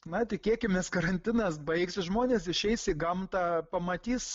na tikėkimės karantinas baigsis žmonės išeis į gamtą pamatys